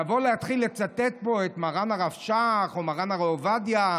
לבוא להתחיל לצטט פה את מרן הרב שך או את מרן הרב עובדיה,